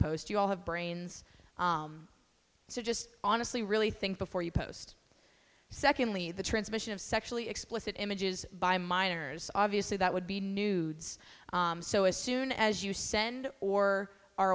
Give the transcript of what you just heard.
post you all have brains so just honestly really think before you post secondly the transmission of sexually explicit images by minors obviously that would be nudes so as soon as you send or are